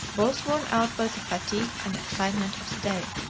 both worn out by the fatigue and excitement of the day.